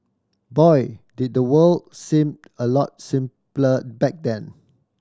boy did the world seem a lot simpler back then